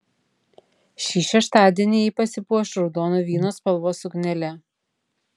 šį šeštadienį ji pasipuoš raudono vyno spalvos suknele